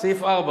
סעיף 4: